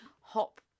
hop